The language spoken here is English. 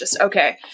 Okay